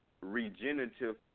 Regenerative